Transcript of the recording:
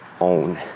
own